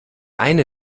eine